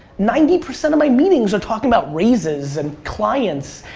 ninety percent of my meetings are talking about raises, and clients,